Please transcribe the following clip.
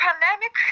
pandemic